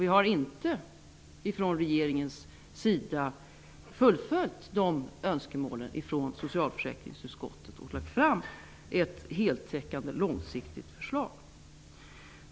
Vi har från regeringens sida inte uppfyllt socialförsäkringsutskottets önskemål om ett heltäckande långsiktigt förslag.